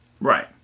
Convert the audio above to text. Right